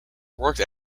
worked